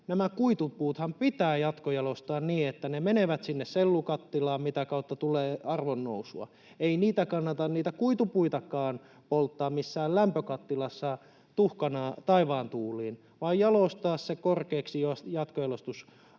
nämä kuitupuuthan pitää jatkojalostaa niin, että ne menevät sinne sellukattilaan, mitä kautta tulee arvonnousua. Ei niitä kuitupuitakaan kannata polttaa missään lämpökattilassa tuhkana taivaan tuuliin, vaan jalostaa ne korkeiksi jatkojalostustuotteiksi,